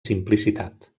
simplicitat